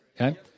Okay